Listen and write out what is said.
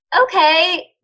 Okay